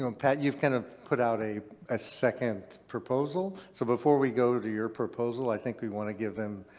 um pat, you've kind of put out a ah second proposal. so before we go to your proposal, i think we want to give them.